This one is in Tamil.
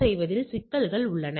எனவே அது ஏற்கத்தக்கது